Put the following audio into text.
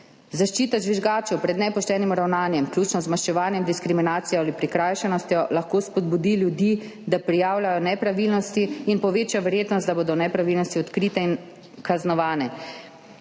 Zaščita žvižgačev pred nepoštenim ravnanjem, vključno z maščevanjem, diskriminacijo ali prikrajšanostjo, lahko spodbudi ljudi, da prijavljajo nepravilnosti, in poveča verjetnost, da bodo nepravilnosti odkrite in kaznovane.